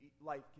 life